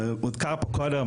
הוזכר פה קודם,